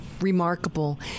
Remarkable